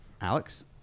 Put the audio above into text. Alex